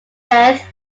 death